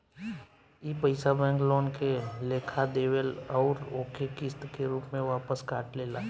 ई पइसा bank loan के लेखा देवेल अउर ओके किस्त के रूप में वापस काट लेला